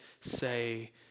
say